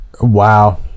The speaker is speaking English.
wow